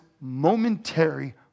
momentary